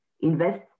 invest